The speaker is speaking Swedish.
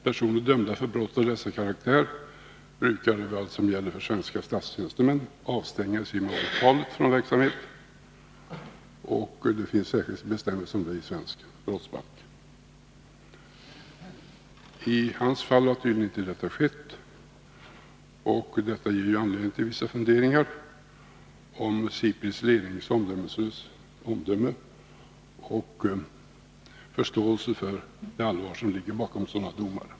Personer dömda för brott av denna karaktär brukar, enligt vad som gäller för svenska statstjänstemän, momentant avstängas totalt från verksamheten. Det finns särskilda bestämmelser om detta i den svenska brottsbalken, men i den här personens fall har det tydligen inte skett. Detta ger anledning till vissa funderingar om SIPRI-ledningens omdöme och förståelse för det allvar som ligger bakom sådana domar.